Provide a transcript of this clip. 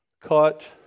cut